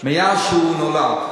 מאז שהוא נולד.